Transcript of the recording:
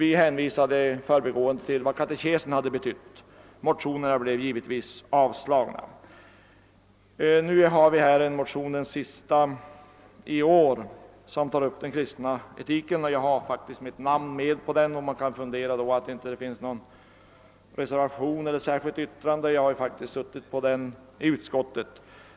Vi hänvisade i förbigående till vad katekesen betytt. Motionerna avslogs i riksdagen. Vi behandlar nu den sista motionen för i år om den kristna etiken. Jag har varit med om att underteckna den motionen, och man kan då undra varför det inte fogats någon reservation eller något särskilt yttrande till utlåtandet, trots att jag har deltagit i utskottets behandling av frågan.